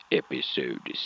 episode